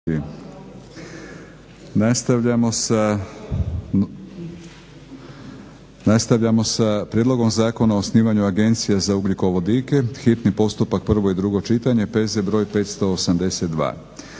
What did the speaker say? Konačni prijedlog zakona o osnivanju Agencije za ugljikovodike, hitni postupak, prvo i drugo čitanje, P.Z. br. 582.,